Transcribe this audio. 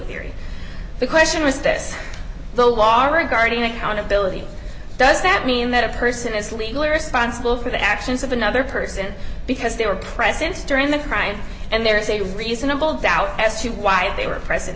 theory the question was this the law regarding accountability does that mean that a person is legally responsible for the actions of another person because they were presidents during the crime and there is a reasonable doubt as to why they were present